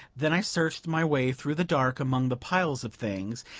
then i searched my way through the dark among the piles of things,